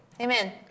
Amen